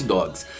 Dogs